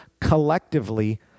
collectively